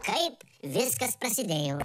kaip viskas prasidėjo